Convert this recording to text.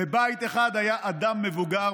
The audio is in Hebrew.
בבית אחד היה אדם מבוגר,